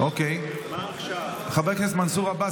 אופיר, כתוב לי חוק ומשפט,